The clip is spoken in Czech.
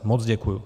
Moc děkuji.